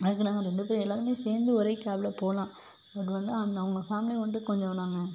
அதுக்கு நாங்கள் ரொம்ப எல்லாருமே சேர்ந்து ஒரே கேப்பில் போகலாம் உங்கள் லா அவங்க ஃபேமிலி மட்டும் கொஞ்சம் நாங்கள்